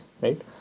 right